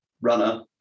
runner